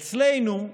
אצלנו,